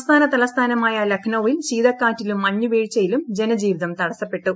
സംസ്ഥാന തലസ്ഥാനമായ ലഖ്നൌവിൽ ശീതക്കാറ്റിലും മഞ്ഞ് വീഴ്ചയിലും ജനജീവിതം തടസ്സപ്പെട്ടു